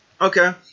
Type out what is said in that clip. Okay